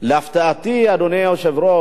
להפתעתי, אדוני היושב-ראש,